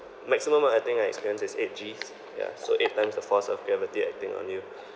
maximum I think I experienced is eight Gs ya so eight times the force of gravity acting on you